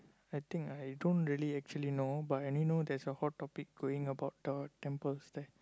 I think I don't really actually know but I only know there's a hot topic going about the temples there